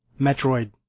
Metroid